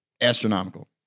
astronomical